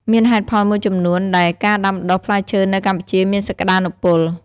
មានហេតុផលមួយចំនួនដែលការដាំដុះផ្លែឈើនៅកម្ពុជាមានសក្តានុពល។